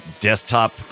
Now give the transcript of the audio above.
desktop